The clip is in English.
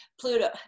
Pluto